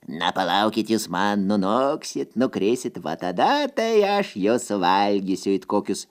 na palaukit jūs man nunoksit nukrisit va tada tai aš jus suvalgysiu it kokius